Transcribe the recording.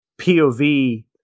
POV